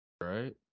Right